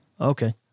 Okay